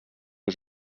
que